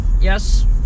yes